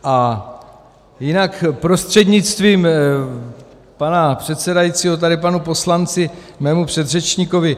A jinak prostřednictvím pana předsedajícího tady panu poslanci, mému předřečníkovi.